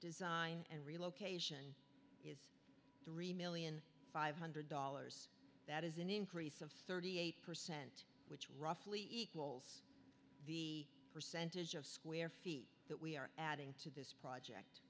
design and relocation three million five hundred dollars that is an increase of thirty eight percent which roughly equals the percentage of square feet that we are adding to th